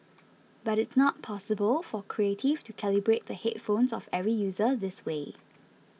but it's not possible for Creative to calibrate the headphones of every user this way